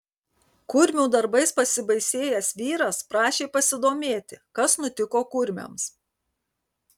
kurmių darbais pasibaisėjęs vyras prašė pasidomėti kas nutiko kurmiams